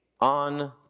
on